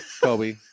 Kobe